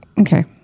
Okay